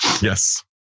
Yes